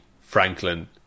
Franklin